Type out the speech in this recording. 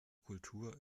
kultur